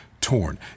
torn